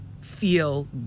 feel